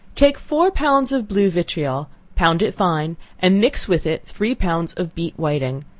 take four pounds of blue vitriol, pound it fine, and mix with it three pounds of beat whiting,